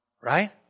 Right